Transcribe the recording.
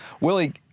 Willie